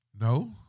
No